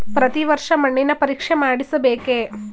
ಪ್ರತಿ ವರ್ಷ ಮಣ್ಣಿನ ಪರೀಕ್ಷೆ ಮಾಡಿಸಬೇಕೇ?